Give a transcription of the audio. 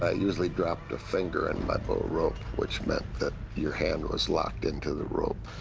ah usually dropped a finger in my bull ah rope, which meant that your hand was locked into the rope.